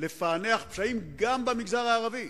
לפענח פשעים גם במגזר הערבי.